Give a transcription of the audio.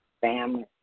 family